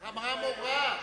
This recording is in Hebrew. ככה אמרה המורה.